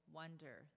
wonder